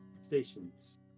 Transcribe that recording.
stations